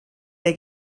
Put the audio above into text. they